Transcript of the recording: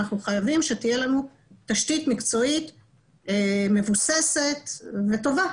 אנחנו חייבים שתהיה לנו תשתית מקצועית מבוססת וטובה.